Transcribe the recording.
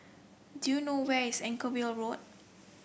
do you know where is Anchorvale Road